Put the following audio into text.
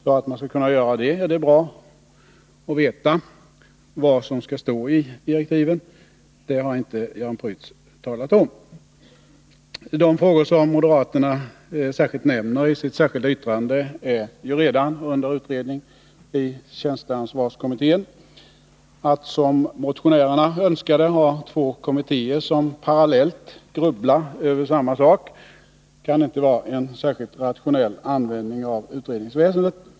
För att kunna göra det är det bra om vi vet vad som skall stå i direktiven. Det har inte Jan Prytz talat om. De frågor som moderaterna särskilt nämner i sitt särskilda yttrande är redan under utredning i tjänsteansvarskommittén. Att — som motionärerna önskade — ha två kommittéer som parallellt grubblar över samma sak kan inte vara en särskilt rationell användning av utredningsväsendet.